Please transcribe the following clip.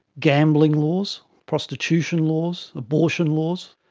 gambling laws, prostitution laws, abortion laws.